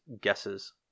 guesses